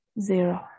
zero